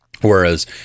whereas